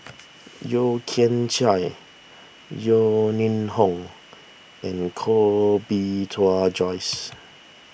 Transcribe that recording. Yeo Kian Chai Yeo Ning Hong and Koh Bee Tuan Joyce